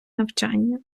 навчання